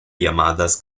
llamadas